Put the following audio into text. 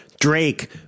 Drake